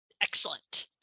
Excellent